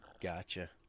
Gotcha